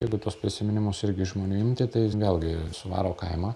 jeigu tuos prisiminimus irgi žmonių imti tai vėlgi suvaro kaimą